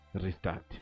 restart